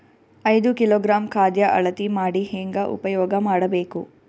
ಐದು ಕಿಲೋಗ್ರಾಂ ಖಾದ್ಯ ಅಳತಿ ಮಾಡಿ ಹೇಂಗ ಉಪಯೋಗ ಮಾಡಬೇಕು?